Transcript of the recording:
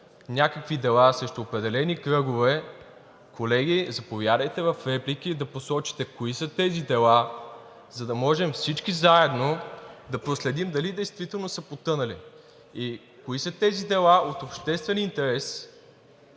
някакви дела срещу определени кръгове. Колеги, заповядайте в реплики да посочите кои са тези дела, за да можем всички заедно да проследим дали действително са потънали. И кои са тези дела от обществен интерес,